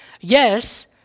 Yes